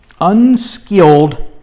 unskilled